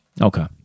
Okay